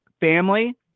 Family